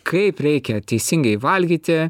kaip reikia teisingai valgyti